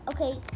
Okay